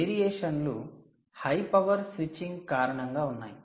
variation లు high power switching కారణంగా ఉన్నాయి